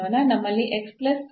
ನಮ್ಮಲ್ಲಿ ಇದೆ